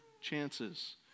chances